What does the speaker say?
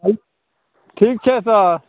हय ठीक छै सर